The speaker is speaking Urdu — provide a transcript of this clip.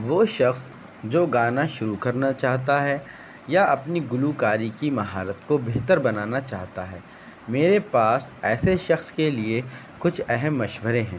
وہ شخص جو گانا شروع کرنا چاہتا ہے یا اپنی گلوکاری کی مہارت کو بہتر بنانا چاہتا ہے میرے پاس ایسے شخص کے لیے کچھ اہم مشورے ہیں